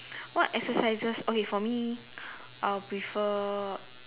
what exercises okay for me I'll prefer